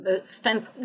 spent